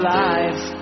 lives